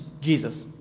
Jesus